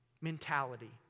mentality